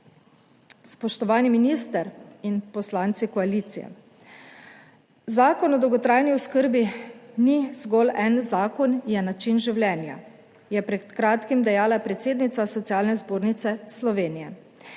Spoštovani minister in poslanci koalicije! Zakon o dolgotrajni oskrbi ni zgolj en zakon, je način življenja, je pred kratkim dejala predsednica Socialne zbornice Slovenije